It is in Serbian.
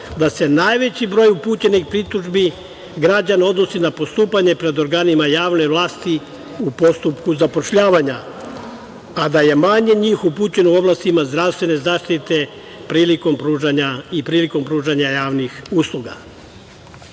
da se najveći broj upućenih pritužbi građana odnosi na postupanje pred organima javne vlasti u postupku zapošljavanja, a da je manje njih upućeno u oblastima zdravstvene zaštite i priliko pružanja javnih